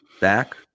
Back